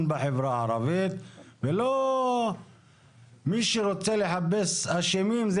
בחברה הערבית ולא מי שרוצה לחפש אשמים,